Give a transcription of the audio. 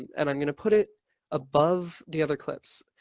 and i'm going to put it above the other clips.